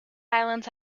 islands